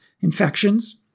infections